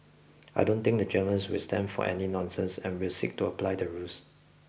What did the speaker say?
I don't think the Germans will stand for any nonsense and will seek to apply the rules